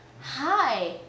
hi